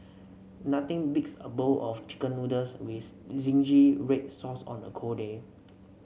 nothing beats a bowl of chicken noodles with zingy red sauce on a cold day